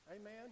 Amen